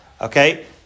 Okay